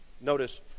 notice